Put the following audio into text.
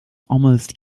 almost